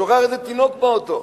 שוכח את התינוק באוטו,